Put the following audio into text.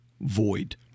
void